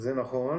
זה נכון.